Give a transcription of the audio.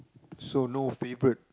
so no favourite